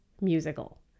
musical